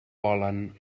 volen